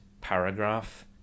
paragraph